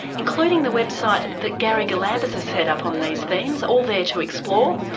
including the website that gary galambos has set up on these themes, all there to explore.